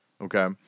Okay